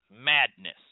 madness